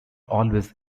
always